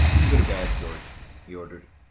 you can go to bed, george, he ordered.